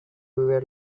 were